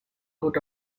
good